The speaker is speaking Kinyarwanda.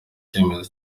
icyemezo